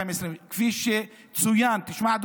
כפי שצוין" תשמע,